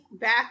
back